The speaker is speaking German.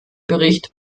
bericht